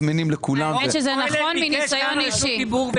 האמת שזה נכון, מניסיון אישי.